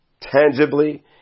tangibly